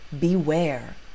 beware